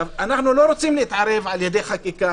אנחנו לא רוצים להתערב על ידי חקיקה